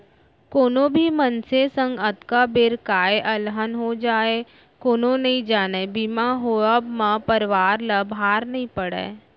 कोनो भी मनसे संग कतका बेर काय अलहन हो जाय कोनो नइ जानय बीमा होवब म परवार ल भार नइ पड़य